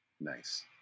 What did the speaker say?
Nice